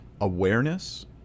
awareness